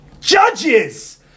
Judges